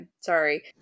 Sorry